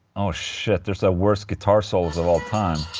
oh shit, there's a worst guitar solos of all time